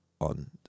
on